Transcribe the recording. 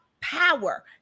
power